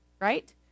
right